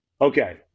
okay